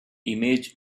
image